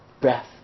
Breath